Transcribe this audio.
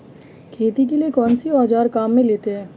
खेती के लिए कौनसे औज़ार काम में लेते हैं?